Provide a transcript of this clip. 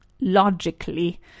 logically